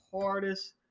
hardest